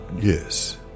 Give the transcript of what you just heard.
yes